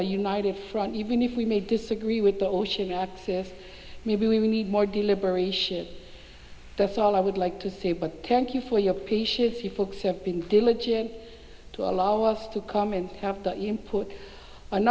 a united front even if we may disagree with the ocean access maybe we need more deliberation that's all i would like to say but thank you for your patience you folks have been diligent to allow us to come and have the input a